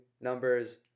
numbers